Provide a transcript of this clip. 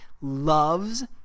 loves